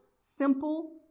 simple